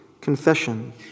confession